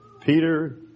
Peter